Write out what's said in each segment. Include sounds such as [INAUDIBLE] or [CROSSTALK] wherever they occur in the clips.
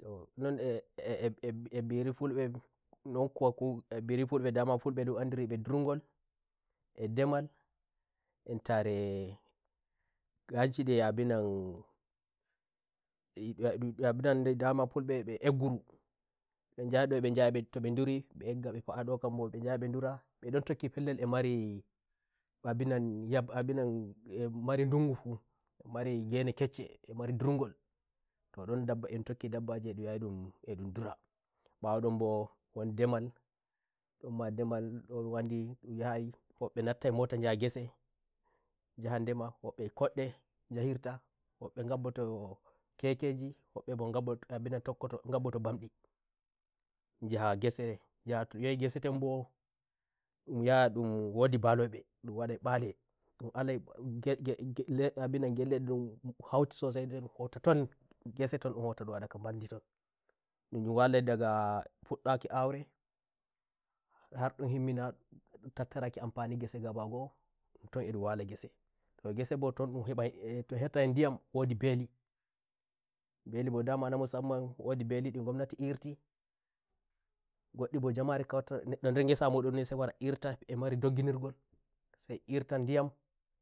to non " e e e e" biri fulbenon kuwa "ku e biri dulbe" damafulbe ndun an ndiri bhe kude e demalentare ganshi nde abinan [HESITATION] "e e e ndu e ndu yam'" doma fulbe e mbe egurumbe njaha ndo mbhe njaha to mbe nduri mbe egga mbe pa'a ndo kadinbo mbe njaha mbe ndurambe ndon tokki mari [HESITATION] abinan " yam ya abinan ye" mari ndungu fu mari ngene keccee mari ndur ngolto ndon dabba en tokki dabbaji e ndun yaha e ndun ndurambawo ndon mbowon ndemalndon ma won ndemalndun waddi ndun nyahai wobbe lattai mota yai gesenjaha ndemwobbe e kodde yahirtawobbe ngabbo to kekejiwobbe mbo ngab to abinan tokkoto ngabbo ti mbamdinjaha ngese njaha to ndun yahi gese ton bhondun yaha ndun wodi mbalo bhendun wadai mbalendun alai " geg geg gelle" abinan gellendun hauti sosai nder hota ton gese ton ndun hota ndun wada ga mbaldi ton ndun wala dagafuddaki aurehar ndun himma tattara ki ampani ngese ngaba go'oto edun wala geseto gese bo nton ndun hebhai to hetai ndiyam wodi belimbeli mbo dama na musamman wodi ndi gomnati irtingodde bo jamare kawai wattangoddi nder ngesa munni sai wara irtaemari dogimirgolsai irta ndiyam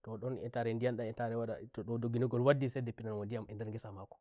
to ndon entare ndiyam dan entare waddato doginirgol waddisai jippitoro ndiyam entare nder ngesa mako